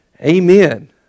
Amen